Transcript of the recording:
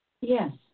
Yes